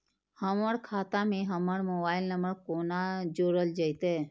हमर खाता मे हमर मोबाइल नम्बर कोना जोरल जेतै?